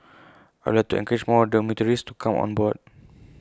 I would like to encourage more dormitories to come on board